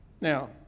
Now